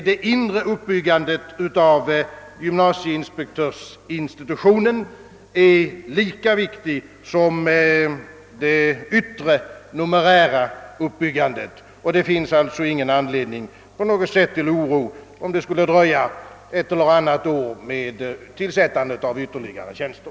Det inre uppbyggandet av gymnasieinspektörsinstitutionen är lika viktigt som det yttre numerära uppbyggandet. Det finns alltså ingen anledning till oro, om det skulle dröja ett eller annat år med tillsättandet av ytterligare tjänster.